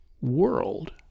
world